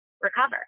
recover